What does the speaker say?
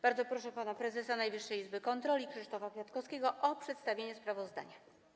Bardzo proszę pana prezesa Najwyższej Izby Kontroli Krzysztofa Kwiatkowskiego o przedstawienie sprawozdania.